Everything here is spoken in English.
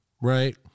right